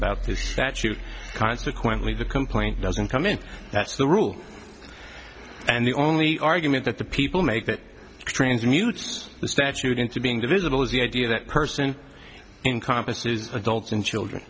about this statute consequently the complaint doesn't come in that's the rule and the only argument that the people make that transmutes the statute into being divisible is the idea that person incompetence is adults and children